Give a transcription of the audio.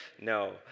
No